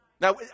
Now